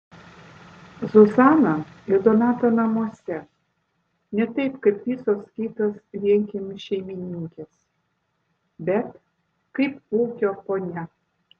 zuzana ir donato namuose ne taip kaip visos kitos vienkiemių šeimininkės bet kaip ūkio ponia